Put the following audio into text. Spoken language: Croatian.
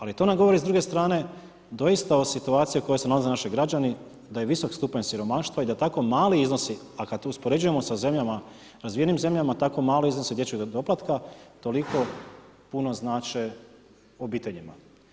Ali to nam govori s druge strane doista o situaciji u kojoj se nalaze naši građani da je visok stupanj siromaštva i da tako mali iznosi, a kad to uspoređujemo sa zemljama, razvijenim zemljama tako mali iznos dječjeg doplatka, toliko puno znače obiteljima.